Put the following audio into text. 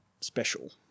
special